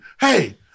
Hey